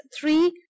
three